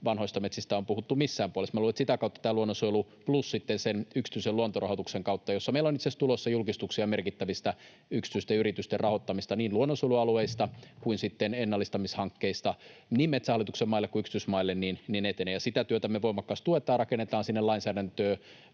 vanhoista metsistä on puhuttu missään puolessa. Minä luulen, että sitä kautta tämä luonnonsuojelu — plus sitten sen yksityisen luontorahoituksen kautta, jossa meillä on itseasiassa tulossa julkistuksia merkittävistä niin yksityisten yritysten rahoittamista luonnonsuojelualueista kuin sitten ennallistamishankkeista, niin Metsähallituksen maille kuin yksityismaille — etenee, ja sitä työtä me voimakkaasti tuetaan: rakennetaan sinne lainsäädäntöä,